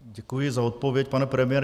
Děkuji za odpověď, pane premiére.